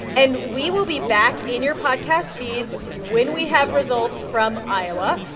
and we will be back in your podcast feeds when we have results from iowa.